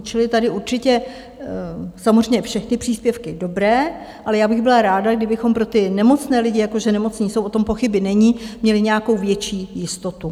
Čili tady určitě samozřejmě všechny příspěvky dobré, ale já bych byla ráda, kdybychom pro ty nemocné lidi, jako že nemocní jsou, o tom pochyby není, měli nějakou větší jistotu.